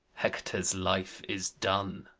hector's life is done.